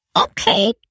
okay